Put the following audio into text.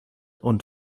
und